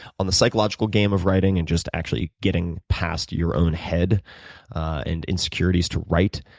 on the psychological game of writing and just actually getting past your own head and insecurities to write.